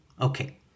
Okay